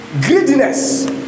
greediness